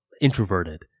introverted